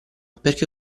perché